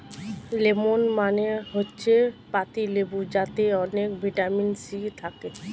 lemon মানে হচ্ছে পাতিলেবু যাতে অনেক ভিটামিন সি থাকে